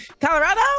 Colorado